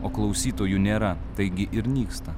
o klausytojų nėra taigi ir nyksta